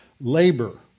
labor